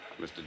Mr